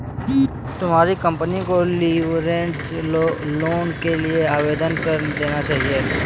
तुम्हारी कंपनी को leveraged loan के लिए आवेदन कर देना चाहिए